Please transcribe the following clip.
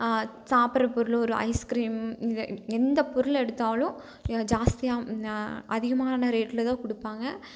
சாப்பிட்ற பொருள் ஒரு ஐஸ்க்ரீம் இது எந்த பொருள் எடுத்தாலும் ஜாஸ்தியாக அதிகமான ரேட்டில் தான் கொடுப்பாங்க